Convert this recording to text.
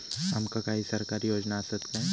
आमका काही सरकारी योजना आसत काय?